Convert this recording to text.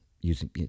using